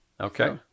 okay